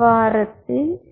w 8 L3